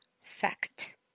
fact